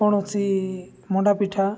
କୌଣସି ମଣ୍ଡା ପିଠା